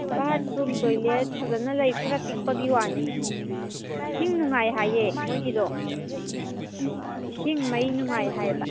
ꯕꯥꯠꯔꯨ toilet ꯐꯖꯅ ꯂꯩ ꯈꯔ ꯄꯤꯛꯄꯒꯤ ꯋꯥꯅꯤ ꯏꯁꯤꯡ ꯅꯨꯡꯉꯥꯏ ꯍꯥꯏꯌꯦ ꯃꯣꯏꯒꯤꯗꯣ ꯏꯁꯤꯡ ꯃꯩ ꯅꯨꯡꯉꯥꯏ ꯍꯥꯏꯌꯦꯕ